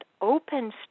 opens